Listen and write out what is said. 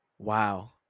Wow